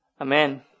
Amen